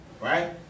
Right